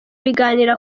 biganiro